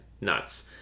nuts